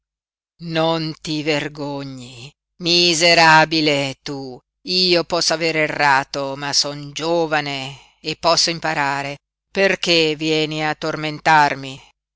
non ti vergogni miserabile tu io posso aver errato ma son giovane e posso imparare perché vieni a tormentarmi